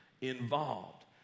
involved